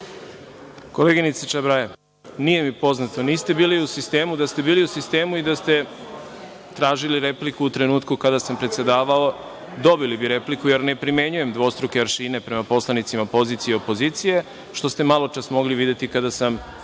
Koleginice Čabraja, nije mi poznato, niste bili u sistemu. Da ste bili u sistemu i da ste tražili repliku u trenutku kada sam predsedavao, dobili bi repliku, jer ne primenjujem dvostruke aršine prema poslanicima pozicije i opozicije, što ste malo pre mogli videti kada sam dao